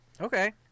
Okay